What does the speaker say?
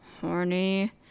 horny